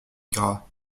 gras